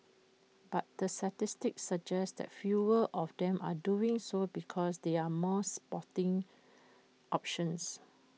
but the statistics suggest that fewer of them are doing so because there are more sporting options